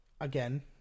again